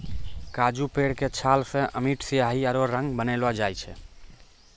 काजू पेड़ के छाल सॅ अमिट स्याही आरो रंग बनैलो जाय छै